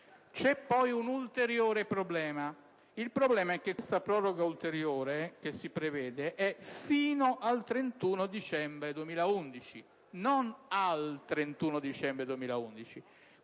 C'è poi un ulteriore problema. La proroga ulteriore che si prevede è fino al 31 dicembre 2011, non al 31 dicembre 2011.